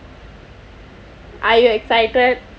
are you excited